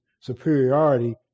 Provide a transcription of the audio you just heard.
superiority